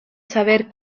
saber